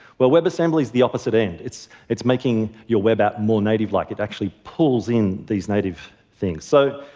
well, webassembly is the opposite end, it's it's making your web app more native-like, it actually pulls in these native things. so